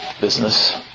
business